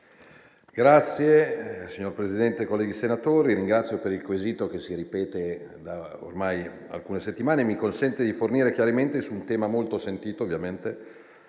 trasporti*. Signor Presidente, colleghi senatori, ringrazio per il quesito che si ripete ormai da alcune settimane e che mi consente di fornire chiarimenti su un tema molto sentito, ovviamente,